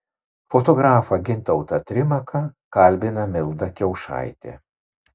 fotografą gintautą trimaką kalbina milda kiaušaitė